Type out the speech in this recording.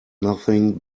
nothing